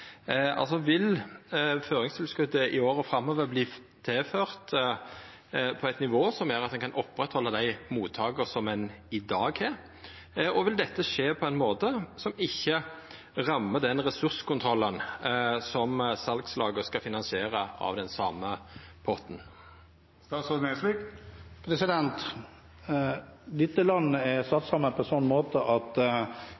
Vil føringstilskotet i åra framover verta tilført på eit nivå som gjer at ein kan oppretthalda dei mottaka ein har i dag, og vil dette skje på ein måte som ikkje rammar ressurskontrollen som salslaga skal finansiera av den same potten? Dette landet er satt sammen på en sånn måte at regjeringen er